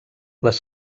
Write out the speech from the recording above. les